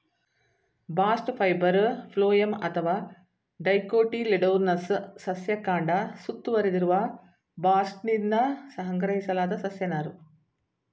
bast fibre phloem ಅಥವಾ dicotyledonous ಸಸ್ಯ ಕಾಂಡ ಸುತ್ತುವರೆದಿರುವ ಬಾಸ್ಟ್ನಿಂದ ಸಂಗ್ರಹಿಸಲಾದ ಸಸ್ಯ ನಾರು